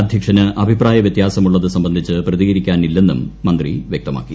അദ്ധ്യക്ഷന് അഭിപ്രായ വ്യത്യാസമുള്ളത് സംബന്ധിച്ച് പ്രതികരിക്കാനില്ലെന്നും മന്ത്രി വ്യക്തമാക്കി